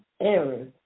errors